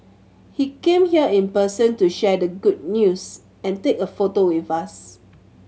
he came here in person to share the good news and take a photo with us